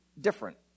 different